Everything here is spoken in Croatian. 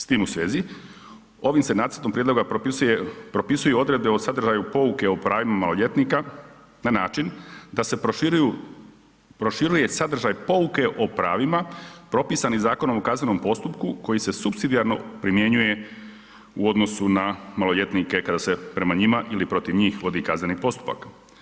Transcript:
S tim u svezi ovim se nacrtom prijedloga propisuju odredbe o sadržaju pouke o pravima maloljetnika na način da se proširuje sadržaj pouke o pravima propisnim Zakonom o kaznenom postupku koji se supsidijarno primjenjuje u odnosu na maloljetnike kada se prema njima ili protiv njih vodi kazneni postupak.